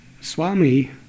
Swami